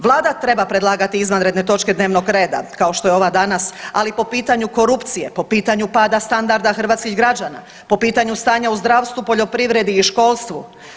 Vlada treba predlagati izvanredne točke dnevnog reda kao što je ova danas, ali po pitanju korupcije, po pitanju pada standarda hrvatskih građana, po pitanju stanja u zdravstvu, poljoprivredi i školstvu.